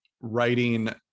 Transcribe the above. writing